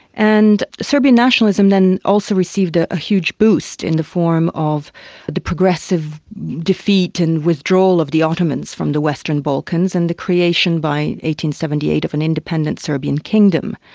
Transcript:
and serbian nationalism then also received a ah huge boost in the form of the progressive defeat and withdrawal of the ottomans from the western balkans, and the creation by one seventy eight of an independent serbian kingdom.